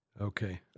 Okay